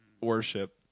worship